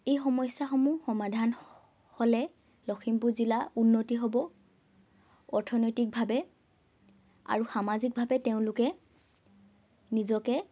এই সমস্যাসমূহ সমাধান হ'লে লখিমপুৰ জিলা উন্নতি হ'ব অৰ্থনৈতিকভাৱে আৰু সামাজিকভাৱে তেওঁলোকে নিজকে